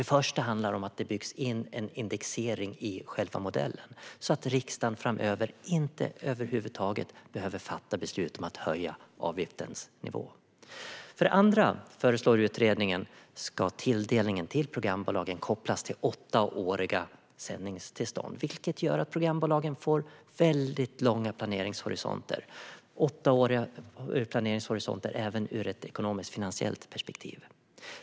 Det första handlar om att det byggs in en indexering i själva modellen så att riksdagen framöver inte över huvud taget behöver fatta beslut om att höja avgiftens nivå. För det andra föreslår utredningen att tilldelningen till programbolagen kopplas till åttaåriga sändningstillstånd, vilket gör att programbolagen får väldigt långa planeringshorisonter även ur ett ekonomiskt och finansiellt perspektiv.